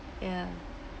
ya